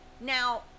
Now